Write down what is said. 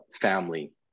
family